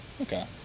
Okay